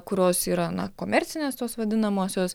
kurios yra na komercinės tos vadinamosios